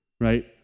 right